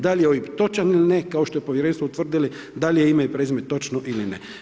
Da li je OIB točan ili ne, kao što je povjerenstvo utvrdilo da li je ime i prezime točno ili ne.